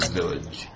village